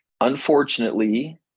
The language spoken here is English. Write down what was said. Unfortunately